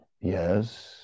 Yes